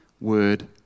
word